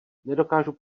nedokážu